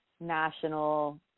national